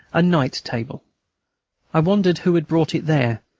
a night-table. i wondered who had brought it there,